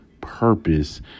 purpose